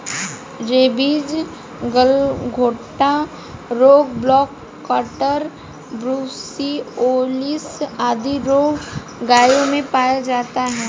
rabies, गलघोंटू रोग, black quarter, brucellosis आदि रोग गायों में पाया जाता है